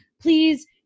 please